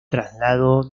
traslado